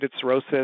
cirrhosis